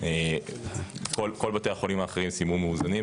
כל בתי החולים האחרים סיימו מאוזנים,